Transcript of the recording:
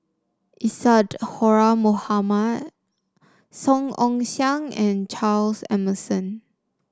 Isadhora Mohamed Song Ong Siang and Charles Emmerson